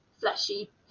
fleshy